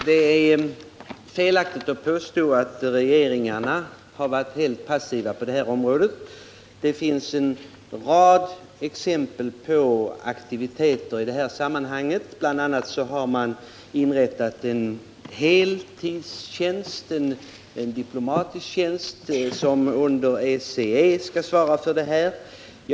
Herr talman! Det är felaktigt att påstå att de borgerliga regeringarna har varit helt passiva på det här området. Det finns en rad exempel på aktiviteter i detta sammanhang. Bl. a. har det inrättats en diplomatisk heltidstjänst under ECE som svarar för de här frågorna.